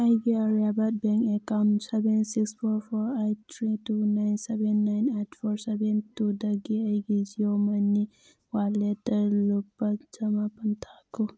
ꯑꯩꯒꯤ Aryavart bank account seven six four four eight three two nine seven nine eight four seven ꯇꯨꯗꯒꯤ ꯑꯩꯒꯤ Jio ꯃꯅꯤ ꯋꯥꯜꯂꯦꯠꯇ ꯂꯨꯄꯥ ꯆꯥꯝꯃꯥꯄꯟ ꯊꯥꯈꯣ